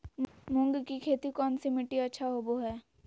मूंग की खेती कौन सी मिट्टी अच्छा होबो हाय?